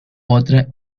otra